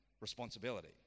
responsibility